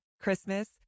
Christmas